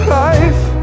life